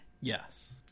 Yes